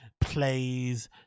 plays